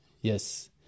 Yes